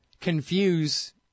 confuse